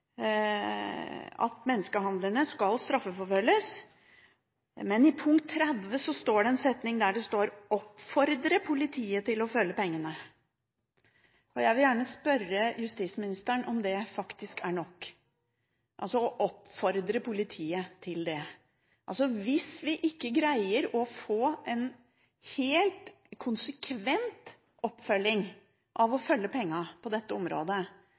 at menneskehandlerne skal straffeforfølges, men i punkt 30 står det «Oppfordre politiet til å følge pengene». Jeg vil gjerne spørre justisministeren om det å oppfordre politiet til det er nok. Hvis vi ikke greier å få en helt konsekvent oppfølging av å følge pengene på dette området,